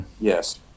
Yes